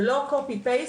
זה לא קופי פייסט,